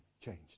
changed